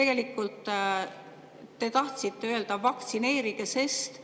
Tegelikult te tahtsite öelda: "Vaktsineerige, sest